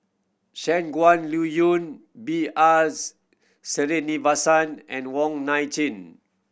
Shangguan Liuyun B R Sreenivasan and Wong Nai Chin